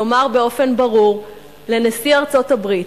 לומר באופן ברור לנשיא ארצות-הברית,